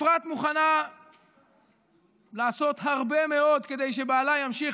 אפרת מוכנה לעשות הרבה מאוד כדי שבעלה ימשיך